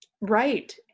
Right